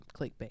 clickbait